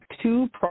two